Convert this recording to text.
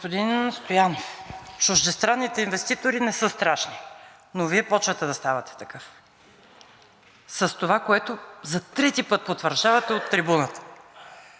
Господин Стоянов, чуждестранните инвеститори не са страшни, но Вие започвате да ставате такъв с това, което за трети път потвърждавате от трибуната.